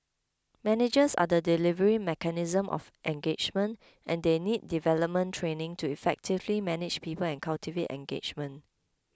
managers are the delivery mechanism of engagement and they need development training to effectively manage people and cultivate engagement